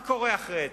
מה קורה אחרי אתמול?